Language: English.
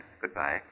Goodbye